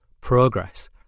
progress